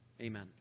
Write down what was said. Amen